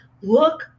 look